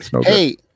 Hey